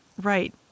Right